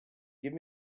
give